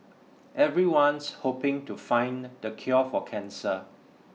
everyone's hoping to find the cure for cancer